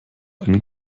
einen